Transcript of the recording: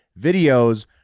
videos